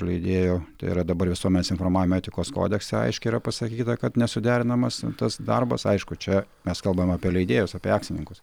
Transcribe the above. leidėjų yra dabar visuomenės informavimo etikos kodekse aiškiai yra pasakyta kad nesuderinamas tas darbas aišku čia mes kalbam apie leidėjus apie akcininkus